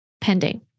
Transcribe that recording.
pending